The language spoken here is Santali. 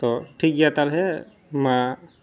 ᱛᱳ ᱴᱷᱤᱠᱜᱮᱭᱟ ᱛᱟᱦᱚᱞᱮ ᱢᱟ